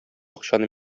акчаны